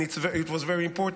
and it was very important.